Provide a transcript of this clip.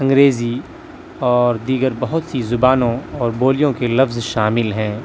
انگریزی اور دیگر بہت سی زبانوں اور بولیوں کے لفظ شامل ہیں